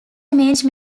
image